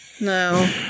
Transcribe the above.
No